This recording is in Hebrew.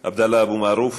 עבדאללה אבו מערוף,